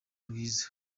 rwiza